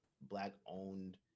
black-owned